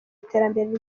iterambere